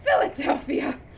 Philadelphia